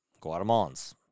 Guatemalans